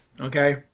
Okay